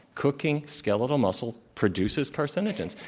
cooking skeletal muscle produces carcinogens.